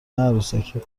عروسکی